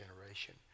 generation